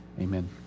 Amen